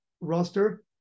roster